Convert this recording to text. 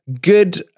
good